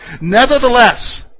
Nevertheless